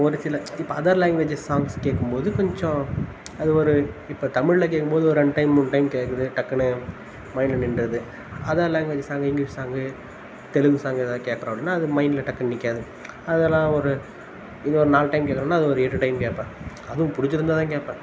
ஒரு சில இப்போ அதர் லேங்வேஜஸ் சாங்ஸ் கேட்கும்போது கொஞ்சம் அது ஒரு இப்போ தமிழில் கேட்கும்போது ஒரு ரெண்டு டைம் மூணு டைம் கேட்குது டக்குன்னு மைண்ட்டில் நின்றுடுது other languages song English song Telugu song எதாவது கேட்டோன்னால் அது மைண்ட்டில் டக்குன்னு நிற்காது அதெல்லாம் ஒரு இது ஒரு நாலு டைம் கேட்குறோன்னா அதை ஒரு எட்டு டைம் கேட்பேன் அதுவும் பிடிச்சிருந்தா தான் கேட்பேன்